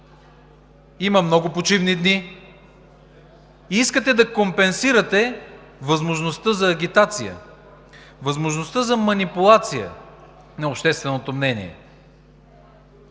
има много почивни дни и искате да компенсирате възможността за агитация, възможността за манипулация на общественото мнение.